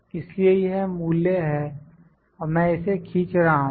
इसलिए यह मूल्य है और मैं इसे खींच रहा हूं